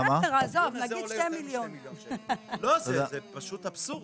זה פשוט אבסורד.